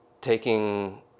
Taking